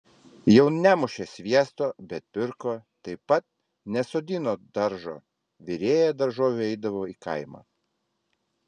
jau nemušė sviesto bet pirko taip pat nesodino daržo virėja daržovių eidavo į kaimą